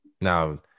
Now